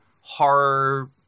horror